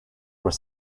were